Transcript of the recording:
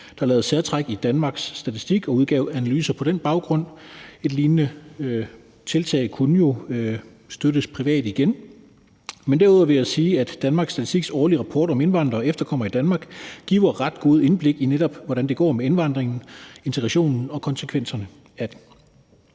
der lavede særtræk i Danmarks Statistik og udgav analyser på den baggrund. Et lignende tiltag kunne jo støttes privat igen. Derudover vil jeg sige, at Danmarks Statistiks årlige rapport om indvandrere og efterkommere i Danmark giver ret gode indblik i, netop hvordan det går med indvandringen, integrationen og konsekvenserne af det.